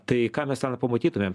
tai ką mes ten pamatytumėm